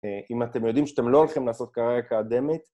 אם אתם יודעים שאתם לא הולכים לעשות קריירה קדמת.